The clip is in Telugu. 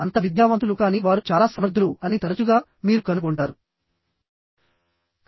అంత విద్యావంతులు కాని వారు చాలా సమర్థులు అని తరచుగా మీరు కనుగొంటారు